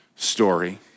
story